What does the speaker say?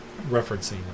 referencing